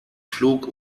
flug